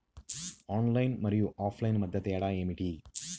Online మరియు offline మధ్య తేడా ఏమిటీ?